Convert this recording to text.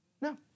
No